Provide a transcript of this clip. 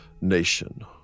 nation